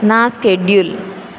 నా స్కెడ్యూల్